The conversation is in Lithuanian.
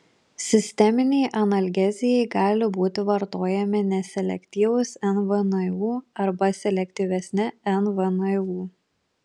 sisteminei analgezijai gali būti vartojami neselektyvūs nvnu arba selektyvesni nvnu